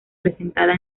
presentada